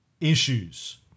issues